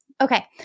okay